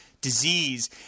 disease